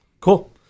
Cool